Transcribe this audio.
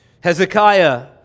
hezekiah